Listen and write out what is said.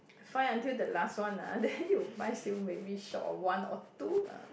find until the last one ah then you find still maybe short of one or two lah